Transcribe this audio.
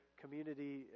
community